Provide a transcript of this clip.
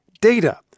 data